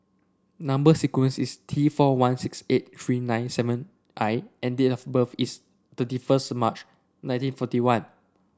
number sequence is T four one six eight three nine seven I and date of birth is thirty first March nineteen forty one